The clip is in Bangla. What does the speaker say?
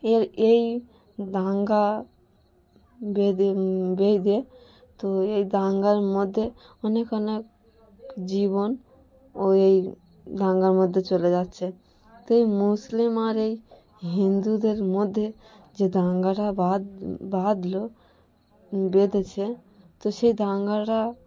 এর এই দাঙ্গা বেঁধে বেঁধে তো এই দাঙ্গার মধ্যে অনেক অনেক জীবনও এই দাঙ্গার মধ্যে চলে যাচ্ছে তো এই মুসলিম আর এই হিন্দুদের মধ্যে যে দাঙ্গাটা বাদ বাঁধল বেঁধেছে তো সেই দাঙ্গাটা